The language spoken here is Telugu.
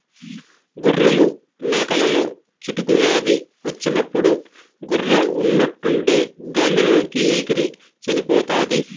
గొర్రెలు, మేకలలో చిటుకు వ్యాధి వచ్చినప్పుడు గొర్రె ఉన్నట్టుండి గాలి లోకి ఎగిరి చనిపోతాది